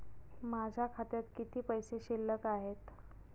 माझ्या खात्यात किती पैसे शिल्लक आहेत?